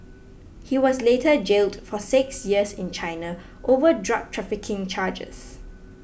he was later jailed for six years in China over drug trafficking charges